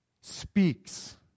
speaks